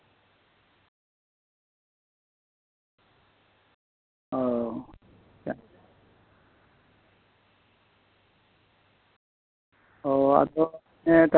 ᱚ